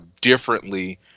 differently